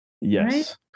Yes